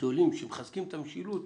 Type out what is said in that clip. גדולים שמחזקים את המשילות,